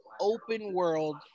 open-world